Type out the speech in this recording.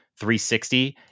360